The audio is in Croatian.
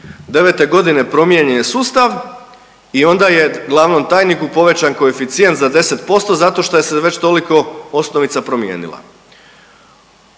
2009.g. promijenjen je sustav i onda je glavnom tajniku povećan koeficijent za 10% zato šta je se već toliko osnovica promijenila.